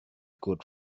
good